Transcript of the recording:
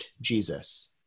Jesus